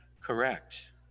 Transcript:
correct